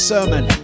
Sermon